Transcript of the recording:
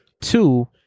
Two